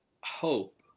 hope